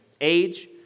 age